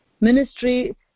Ministry